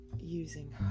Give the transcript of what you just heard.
using